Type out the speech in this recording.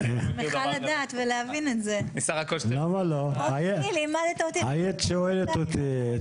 אם היית שואלת אותי,